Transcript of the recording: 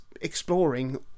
exploring